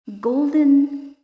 golden